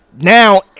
Now